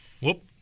Whoop